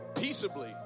peaceably